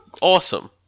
awesome